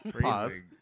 pause